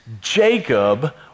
Jacob